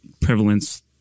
prevalence